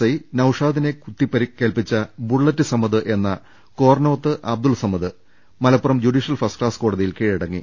I നൌഷാദിനെ കുത്തിപരിക്കേൽപ്പിച്ചു bullet Samad എന്ന കോർനോത്ത് അബ്ദുൾ സമദ് മലപ്പുറം ജുഡീഷ്യൽ ഫസ്റ്റ്ക്ലാസ് കോട തിയിൽ കീഴടങ്ങി